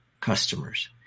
customers